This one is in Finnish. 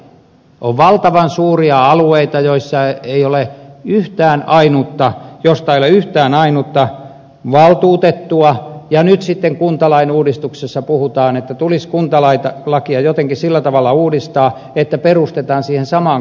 on valtavan suuria alueita joista ei ole yhtään ainutta valtuutettua ja nyt sitten kuntalain uudistuksessa puhutaan että tulisi kuntalakia jotenkin sillä tavalla uudistaa että perustetaan siihen samaan kaupunkiin alueparlamentit